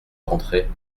rentrer